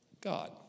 God